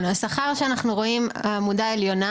השכר בעמודה העליונה